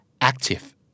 active